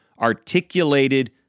articulated